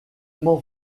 m’en